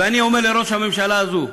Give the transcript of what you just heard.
ואני אומר לראש הממשלה הזו: